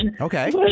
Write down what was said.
Okay